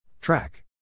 Track